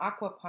aquaponics